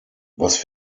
was